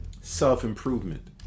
self-improvement